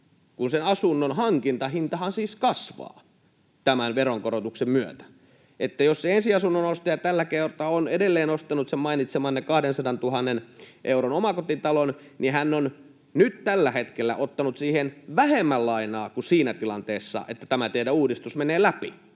kun sen asunnon hankintahintahan siis kasvaa tämän veronkorotuksen myötä. Eli jos ensiasunnon ostaja tällä kertaa on edelleen ostanut sen mainitsemanne 200 000 euron omakotitalon, niin hän on nyt tällä hetkellä ottanut siihen vähemmän lainaa kuin siinä tilanteessa, että tämä teidän uudistus menee läpi,